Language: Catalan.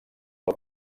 pel